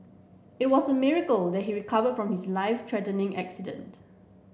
it was a miracle that he recover from his life threatening accident